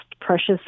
precious